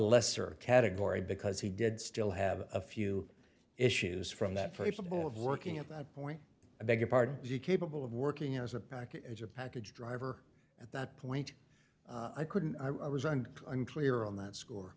lesser category because he did still have a few issues from that first of all of working at that point i beg your pardon you capable of working as a package a package driver at that point i couldn't i resigned unclear on that score